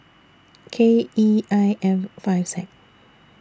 K E I F five Z